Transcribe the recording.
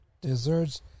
desserts